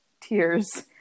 tears